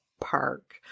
park